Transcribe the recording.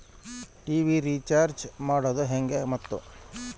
TV recharge ಮಾಡೋದು ಹೆಂಗ ಮತ್ತು?